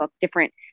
different